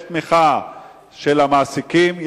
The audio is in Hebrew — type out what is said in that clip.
יש תמיכה של המעסיקים,